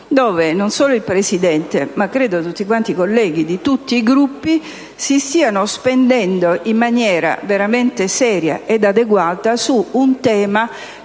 non solo il Presidente, ma credo tutti quanti i colleghi di tutti i Gruppi si stiano spendendo in maniera veramente seria ed adeguata su un tema